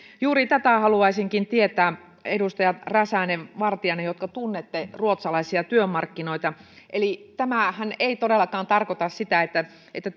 juuri tämän haluaisinkin tietää edustajat räsänen vartiainen jotka tunnette ruotsalaisia työmarkkinoita eli tämähän ei todellakaan tarkoita sitä että että